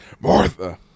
Martha